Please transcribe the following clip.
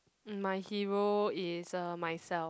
my hero is uh myself